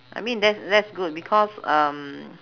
I mean tha~ that's good because um